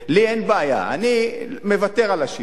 לי אין בעיה, אני מוותר על השוויון,